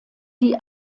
die